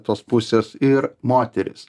tos pusės ir moterys